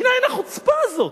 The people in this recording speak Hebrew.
מנין החוצפה הזאת,